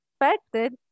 expected